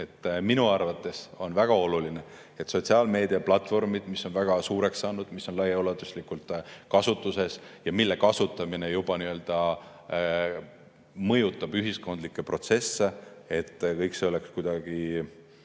minu arvates on väga oluline, et sotsiaalmeediaplatvormid, mis on väga suureks kasvanud, mis on laiaulatuslikult kasutuses ja mille kasutamine mõjutab ühiskondlikke protsesse, et kõik see oleks kuidagi,